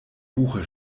buche